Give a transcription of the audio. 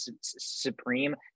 supreme